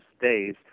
days